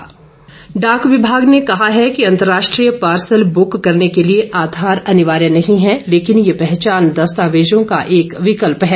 डाक विमाग आघार डाक विभाग ने कहा है कि अंतर्राष्ट्रीय पार्सल ब्र्क करने के लिए आधार अनिवार्य नहीं है लेकिन यह पहचान दस्तावेजों का एक विकल्प है